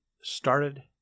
started